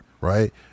Right